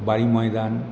বাড়ি ময়দান